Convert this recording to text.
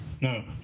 No